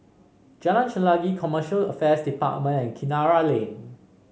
Jalan Chelagi Commercial Affairs Department and Kinara Lane